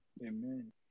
amen